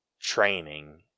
training